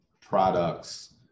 products